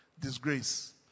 disgrace